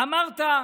אמרת: